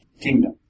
kingdom